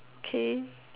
okay